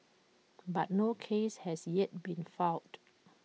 but no case has yet been filed